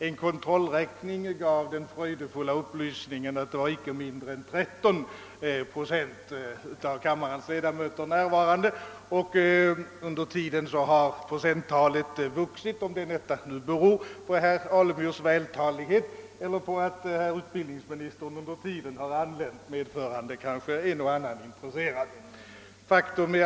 En kontrollräkning gav den fröjdefulla upplysningen, att icke mindre än 13 procent av kammarens ledamöter var närvarande, och under tiden har procenttalet vuxit — jag vet inte om detta beror på herr Alemyrs vältalighet eller på att herr utbildningsministern under tiden har anlänt kanske medförande en eller annan intresserad åhörare.